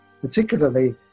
particularly